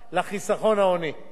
היה לנו פעם חיסכון הוני,